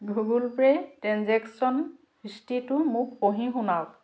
Google পে'ৰ transaction হিষ্ট্ৰীটো মোক পঢ়ি শুনাওক